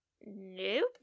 Nope